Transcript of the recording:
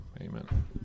amen